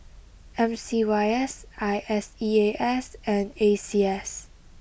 M C Y S I S E A S and A C S